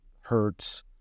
hurts